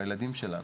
הילדים שלנו.